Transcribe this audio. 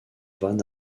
van